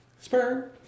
sperm